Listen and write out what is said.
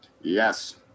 Yes